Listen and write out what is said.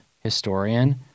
historian